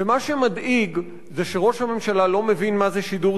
ומה שמדאיג זה שראש הממשלה לא מבין מה זה שידור